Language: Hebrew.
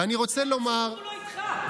ואני רוצה לומר, הציבור לא איתך.